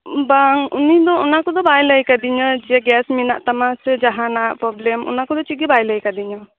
ᱵᱟᱝ ᱩᱱᱤ ᱫᱚ ᱚᱱᱟ ᱠᱚᱫᱚ ᱵᱟᱭ ᱞᱟᱹᱭ ᱟᱠᱟᱫᱤᱧᱟ ᱡᱮ ᱜᱮᱥ ᱢᱮᱱᱟᱜ ᱛᱟᱢᱟ ᱥᱮ ᱡᱟᱦᱟᱸᱱᱟᱜ ᱯᱨᱚᱵᱽᱞᱮᱢ ᱚᱱᱟ ᱠᱚᱫᱚ ᱪᱮᱫ ᱜᱮ ᱵᱟᱭ ᱞᱟᱹᱭ ᱟᱠᱟᱫᱤᱧᱟ